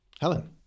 Helen